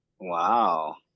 Wow